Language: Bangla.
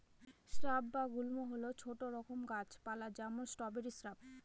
স্রাব বা গুল্ম হল ছোট রকম গাছ পালা যেমন স্ট্রবেরি শ্রাব